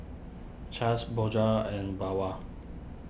Chaps Bonjour and Bawang